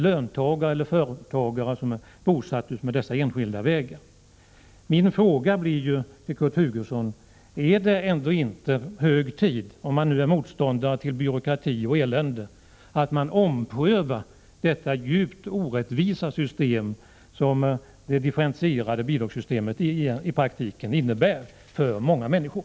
Jag måste därför fråga Kurt Hugosson: Är det ändå inte hög tid, om man är motståndare till byråkrati och elände, att man omprövar det djupt orättvisa system som de differentierade bidragen i praktiken innebär för många människor?